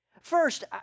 First